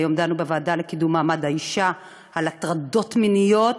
היום דנו בוועדה לקידום מעמד האישה בהטרדות מיניות,